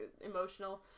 emotional